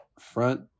front